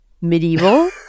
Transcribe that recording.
medieval